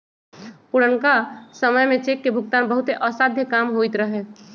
पुरनका समय में चेक के भुगतान बहुते असाध्य काम होइत रहै